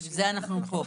בשביל זה אנחנו פה.